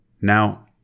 Now